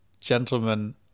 gentlemen